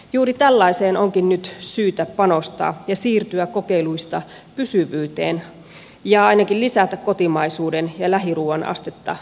juuri tällaiseen onkin nyt syytä panostaa ja siirtyä kokeiluista pysyvyyteen ja ainakin lisätä kotimaisuuden ja lähiruuan astetta nykyisestä